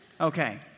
Okay